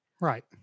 Right